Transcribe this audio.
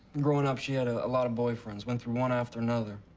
growing up, she had a lot of boyfriends. went through one after another.